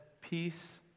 Peace